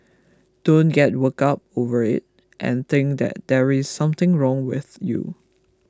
don't get worked up over it and think that there is something wrong with you